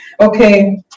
okay